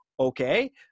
Okay